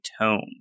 tone